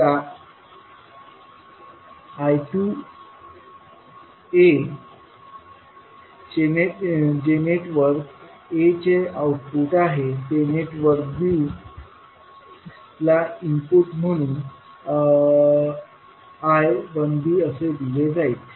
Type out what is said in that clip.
आता I2a जे network a चे आउटपुट आहे ते नेटवर्क b ला इनपुट म्हणून I1bअसे दिले जाईल